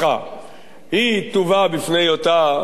תבוא בפני אותה ועדת חריגים,